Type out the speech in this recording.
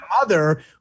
mother